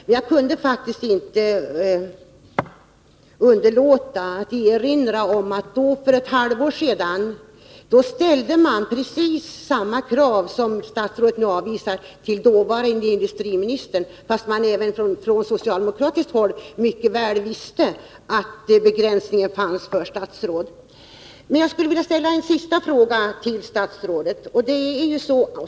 Men jag kunde faktiskt inte underlåta att erinra om att socialdemokraterna för ett halvår sedan ställde precis samma krav som statsrådet nu avvisar till dåvarande industriministern, trots att man även från socialdemokratiskt håll mycket väl visste att denna begränsning fanns för statsråd. Men jag skulle vilja ställa en sista fråga till statsrådet.